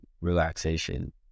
relaxation